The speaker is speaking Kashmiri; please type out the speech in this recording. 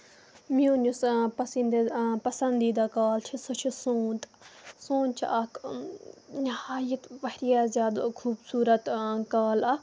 میون یُس پَسندیٖد پَسندیٖدہ کال چھ سۄ چھِ سونٛت سونٛت چھِ اکھ ہا ییٚتہِ واریاہ زیادٕ خوٗبصوٗرت کال اکھ